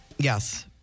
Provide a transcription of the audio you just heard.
Yes